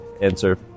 answer